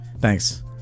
thanks